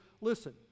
Listen